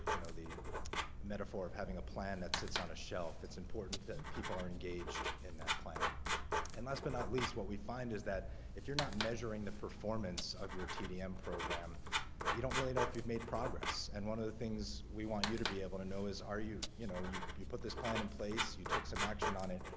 know the metaphor of having a plan that sits on a shelf it's important that people are engaged in that plan and last but not least what we find is that if you're not measuring the performance of your tdm program you don't really know if you've made progress and one of the things we want you to be able to know is are you you? know you you put this plan in place. you took some action on it.